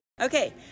Okay